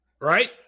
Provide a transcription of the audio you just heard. right